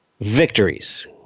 Victories